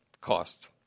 cost